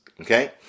okay